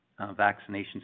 vaccinations